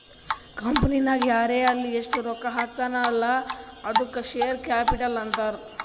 ಕಂಪನಿನಾಗ್ ಯಾರೇ ಆಲ್ಲಿ ಎಸ್ಟ್ ರೊಕ್ಕಾ ಹಾಕ್ತಾನ ಅಲ್ಲಾ ಅದ್ದುಕ ಶೇರ್ ಕ್ಯಾಪಿಟಲ್ ಅಂತಾರ್